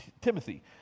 Timothy